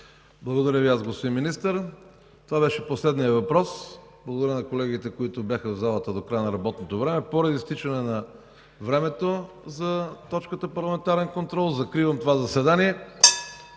Благодаря и аз, господин Министър. Това беше последният въпрос. Благодаря на колегите, които бяха в залата до края на работното време. Поради изтичане на времето за парламентарния контрол, закривам заседанието.